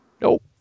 Nope